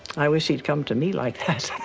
i wish he'd come to me like